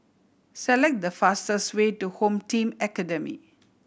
select the fastest way to Home Team Academy